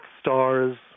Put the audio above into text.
Star's